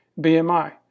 BMI